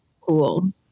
Cool